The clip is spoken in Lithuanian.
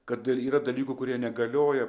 kad yra dalykų kurie negalioja